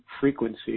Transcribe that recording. frequency